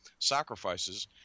sacrifices